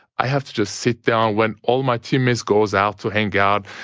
i have to just sit down, when all my teammates goes out to hang out,